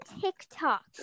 TikTok